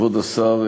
כבוד השר,